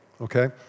okay